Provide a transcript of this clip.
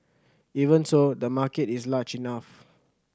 even so the market is large enough